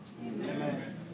Amen